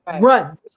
Run